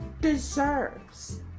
deserves